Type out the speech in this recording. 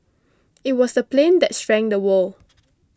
it was the plane that shrank the world